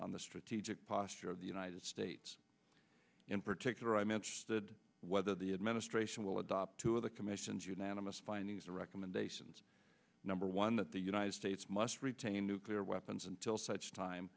on the strategic posture of the united states in particular i mentioned whether the honest ration will adopt two of the commission's unanimous findings and recommendations number one that the united states must retain nuclear weapons until such time